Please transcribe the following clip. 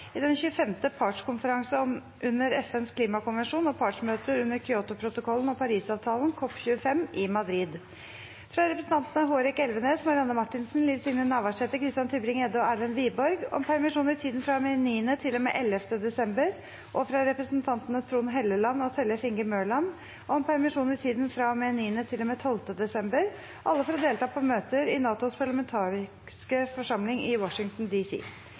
i den 25. partskonferanse under FNs klimakonvensjon og partsmøter under Kyotoprotokollen og Parisavtalen, COP25, i Madrid fra representantene Hårek Elvenes , Marianne Marthinsen , Liv Signe Navarsete , Christian Tybring-Gjedde og Erlend Wiborg om permisjon i tiden fra og med 9. til og med 11. desember, og fra representantene Trond Helleland og Tellef Inge Mørland om permisjon i tiden fra og med 9. til og med 12. desember – alle for å delta på møter i NATOs parlamentariske forsamling i Washington